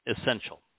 essential